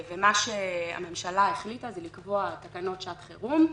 מה שהממשלה החליטה, זה לקבוע תקנות שעת חירום,